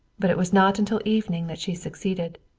but it was not until evening that she succeeded.